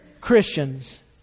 Christians